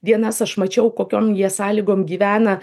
dienas aš mačiau kokiom jie sąlygom gyvena